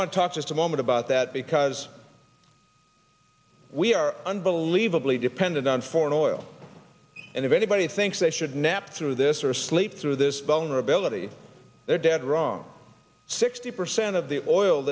president talk just a moment about that because we are unbelievably dependent on foreign oil and if anybody thinks they should nap through this or sleep through this vulnerability they're dead wrong sixty percent of the oil